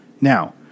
Now